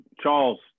Charles